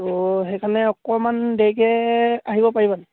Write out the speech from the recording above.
ত' সেইকাৰণে অকণমান দেৰিকৈ আহিব পাৰিবানি